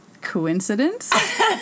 coincidence